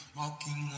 walking